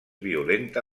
violenta